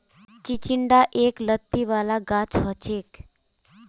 चिचिण्डा एक लत्ती वाला गाछ हछेक